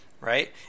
right